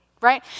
right